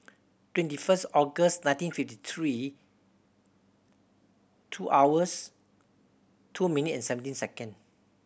twenty first August nineteen fifty three two hours two minute and seventeen second